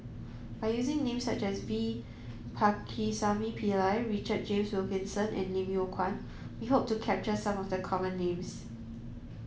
by using names such as V Pakirisamy Pillai Richard James Wilkinson and Lim Yew Kuan we hope to capture some of the common names